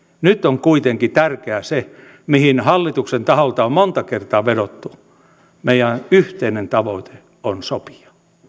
nyt on kuitenkin tärkeää se mihin hallituksen taholta on monta kertaa vedottu meidän yhteinen tavoite on sopia